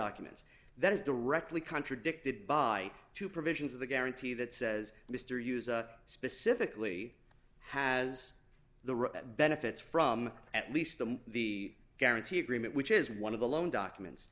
documents that is directly contradicted by two provisions of the guarantee that says mr hughes specifically has the benefits from at least the the guarantee agreement which is one of the loan documents